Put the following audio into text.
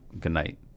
goodnight